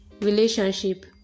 relationship